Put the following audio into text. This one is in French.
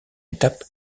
étape